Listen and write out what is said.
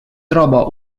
troba